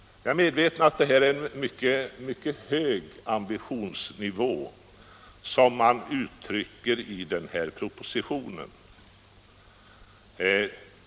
Jag är medveten om att det är en mycket hög ambitionsnivå som man uttrycker i den här propositionen.